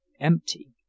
empty